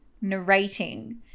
narrating